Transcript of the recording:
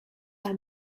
are